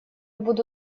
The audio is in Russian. буду